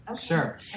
Sure